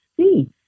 see